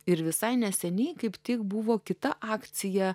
ir visai neseniai kaip tik buvo kita akcija